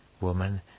Woman